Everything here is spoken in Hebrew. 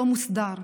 לא מוסדר.